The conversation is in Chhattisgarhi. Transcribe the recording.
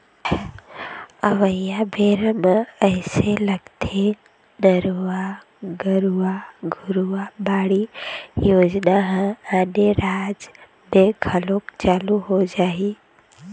अवइया बेरा म अइसे लगथे नरूवा, गरूवा, घुरूवा, बाड़ी योजना ह आने राज म घलोक चालू हो जाही